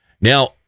Now